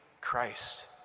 Christ